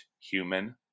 human